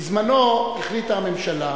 בזמנה החליטה הממשלה